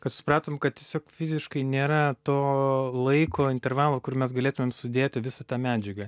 kad supratom kad tiesiog fiziškai nėra to laiko intervalų kur mes galėtumėm sudėti visą tą medžiagą